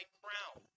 crown